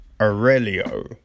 Aurelio